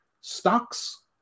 stocks